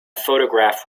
photograph